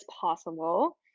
possible